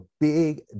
big